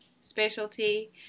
specialty